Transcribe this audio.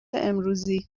امروزی